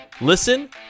listen